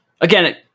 again